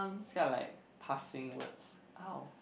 it's kind of like passing words how